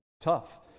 tough